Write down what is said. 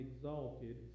exalted